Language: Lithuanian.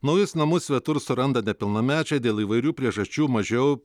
naujus namus svetur suranda nepilnamečiai dėl įvairių priežasčių mažiau